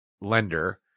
lender